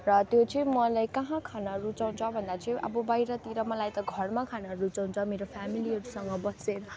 र त्यो चाहिँ मलाई कहाँ खान रुचाउँछु भन्दा चाहिँ अब बाहिरतिर मलाई त घरमा खानाहरू रुचाउँछु मेरो फ्यामिलीहरूसँग बसेर